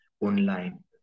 online